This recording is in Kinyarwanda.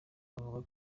avuga